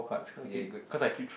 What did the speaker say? ya good